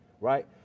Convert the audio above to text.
right